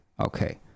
Okay